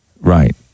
Right